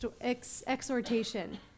exhortation